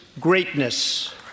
greatness